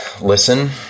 listen